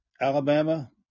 Alabama